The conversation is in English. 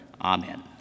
Amen